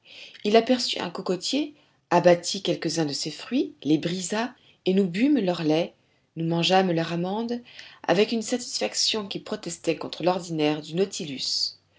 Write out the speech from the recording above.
il aperçut un cocotier abattit quelques-uns de ses fruits les brisa et nous bûmes leur lait nous mangeâmes leur amande avec une satisfaction qui protestait contre l'ordinaire du nautilus